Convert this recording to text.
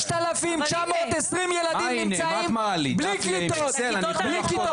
3,920 ילדים נמצאים בלי כיתות,